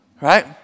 right